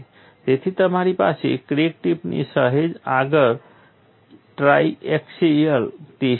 તેથી તમારી પાસે ક્રેક ટીપથી સહેજ આગળ ટ્રાઇએક્સિયલ સ્ટેટ છે